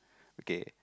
okay